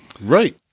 right